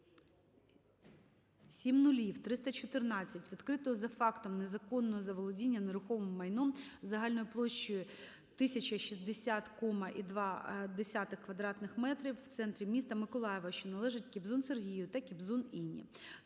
відкритого за фактом незаконного заволодіння нерухомим майном загальною площею 1060,2 квадратних метрів в центрі міста Миколаєва, що належить Кібзун Сергію та Кібзун Інні.